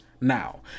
now